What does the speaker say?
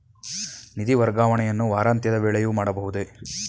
ನಿಧಿ ವರ್ಗಾವಣೆಯನ್ನು ವಾರಾಂತ್ಯದ ವೇಳೆಯೂ ಮಾಡಬಹುದೇ?